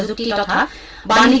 so da da but um da